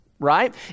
Right